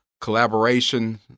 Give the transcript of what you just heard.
collaboration